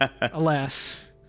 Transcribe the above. Alas